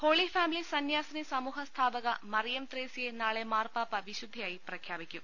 holy family സന്യാസിനി സമൂഹ സ്ഥാപക മറിയം ത്രേസ്യയെ നാളെ മാർപാപ്പ വിശുദ്ധയായി പ്രഖ്യാപിക്കും